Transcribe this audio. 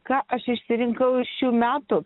ką aš išsirinkau iš šių metų